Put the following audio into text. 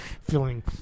feeling